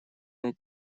над